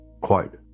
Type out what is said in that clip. quote